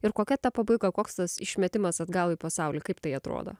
ir kokia ta pabaiga koks tas išmetimas atgal į pasaulį kaip tai atrodo